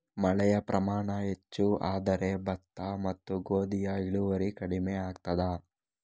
ಮಳೆಯ ಪ್ರಮಾಣ ಹೆಚ್ಚು ಆದರೆ ಭತ್ತ ಮತ್ತು ಗೋಧಿಯ ಇಳುವರಿ ಕಡಿಮೆ ಆಗುತ್ತದಾ?